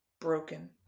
broken